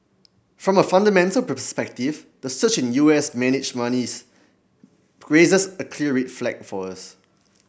from a fundamental perspective the surge in U S managed raises a clear red flag for us